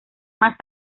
más